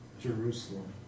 Jerusalem